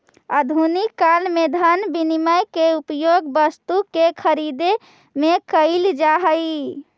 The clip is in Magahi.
आधुनिक काल में धन विनिमय के उपयोग वस्तु के खरीदे में कईल जा हई